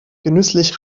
genüsslich